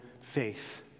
faith